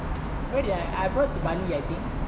where did I I brought to bali I think